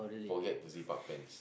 forget to zip up pants